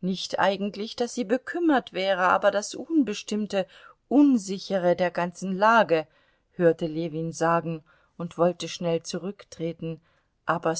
nicht eigentlich daß sie bekümmert wäre aber das unbestimmte unsichere der ganzen lage hörte ljewin sagen und wollte schnell zurücktreten aber